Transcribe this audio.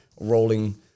rolling